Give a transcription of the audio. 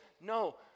no